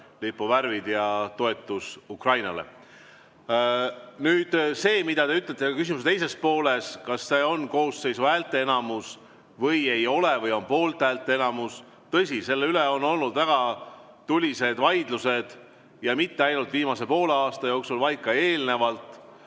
lipu värve ja toetust Ukrainale. Nüüd sellest, mida te ütlesite küsimuse teises pooles, et kas see on koosseisu häälteenamus või poolthäälte enamus. Tõsi, selle üle on olnud väga tulised vaidlused ja mitte ainult viimase poole aasta jooksul, vaid ka eelnevalt.